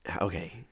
okay